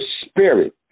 spirit